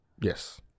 Yes